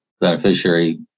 beneficiary